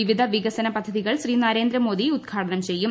വിവിധ വികസന പദ്ധതികൾ ശ്രീ നരേന്ദ്രമോദി ഉദ്ഘാടനം ചെയ്യും